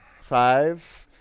Five